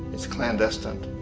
it's clandestine.